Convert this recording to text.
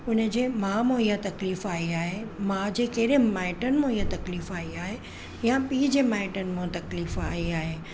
हुनजे माउ मो ईअं तकलीफ़ आई आहे माउ जे केरे माइटनि में इहो तकलीफ़ आई आहे या पीउ जे माइटनि मां तकलीफ़ आई आहे